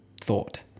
thought